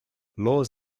laws